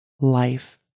Life